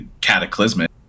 cataclysmic